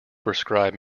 prescribe